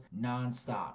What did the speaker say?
nonstop